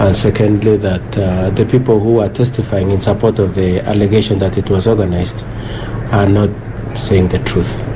ah secondly that the people who are testifying in support of the allegation that it was organised are not saying the truth.